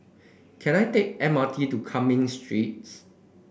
can I take M R T to Cumming Streets